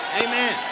Amen